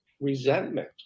resentment